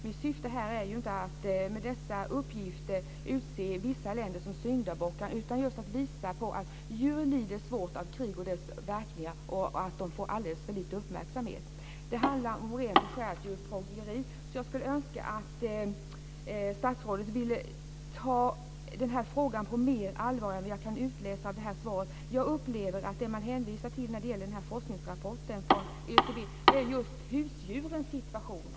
Mitt syfte är inte att med dessa uppgifter utse vissa länder till syndabockar utan just att visa på att djur lider svårt av krig och deras verkningar och att detta får alldeles för lite uppmärksamhet. Det handlar om rent och skärt djurplågeri, så jag skulle önska att statsrådet ville ta den här frågan på mer allvar än vad jag kan utläsa av svaret. Jag upplever att det man hänvisar till i den här forskningsrapporten gäller husdjurens situation.